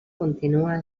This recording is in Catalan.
continua